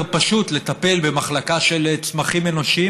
פשוט לטפל במחלקה של צמחים אנושיים,